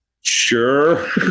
sure